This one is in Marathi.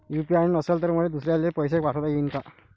यू.पी.आय नसल तर मले दुसऱ्याले पैसे पाठोता येईन का?